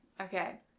Okay